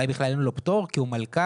אולי בכלל אין פטור כי הוא מלכ"ר.